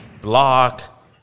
block